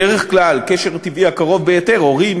בדרך כלל הקשר הטבעי הקרוב ביותר הוא הורים,